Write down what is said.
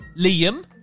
liam